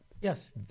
Yes